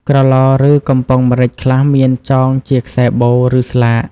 ក្រឡ ឬ កំប៉ុងម្រេចខ្លះមានចងជាខ្សែបូ ឬស្លាក។